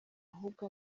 ahubwo